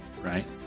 Right